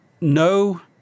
no